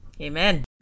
Amen